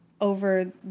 over